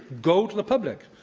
go to the public.